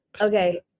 okay